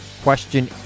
question